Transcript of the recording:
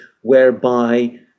whereby